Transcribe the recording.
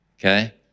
Okay